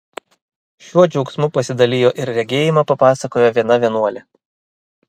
šiuo džiaugsmu pasidalijo ir regėjimą papasakojo viena vienuolė